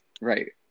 right